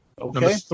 Okay